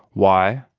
why?